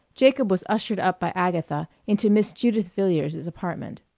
jacob was ushered up by agatha into miss judith villiers's apartment.